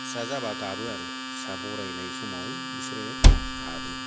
फिसा जाब्ला गाबो आरो फिसा बरायनाय समाव बिसोरो गाबो